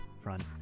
front